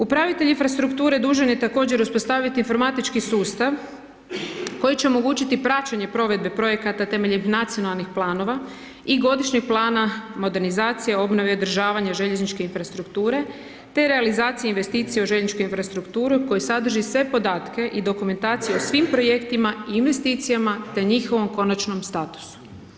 Upravitelj infrastrukture dužan je također uspostaviti informatički sustav koji će omogućiti praćenje provedbe projekata temeljem nacionalnih planova i godišnjeg plana modernizacije, obnove i održavanja željezničke infrastrukture te realizacije investicija u željezničku infrastrukturu koji sadrži sve podatke i dokumentacije o svim projektima i investicijama te njihovom konačnom statusu.